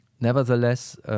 Nevertheless